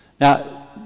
Now